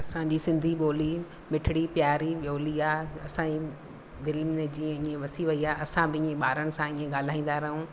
असांजी सिंधी ॿोली मिठिड़ी प्यारी ॿोली आहे असां जी दिलि में जीअं वसी वई आहे असां पंहिंजे ॿारनि सां इएं ॻाल्हाईंदा रहूं